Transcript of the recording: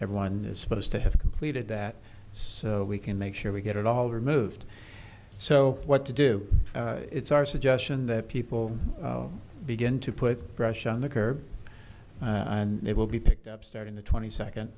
everyone is supposed to have completed that so we can make sure we get it all removed so what to do it's our suggestion that people begin to put pressure on the curb and it will be picked up starting the twenty second